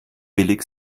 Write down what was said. billig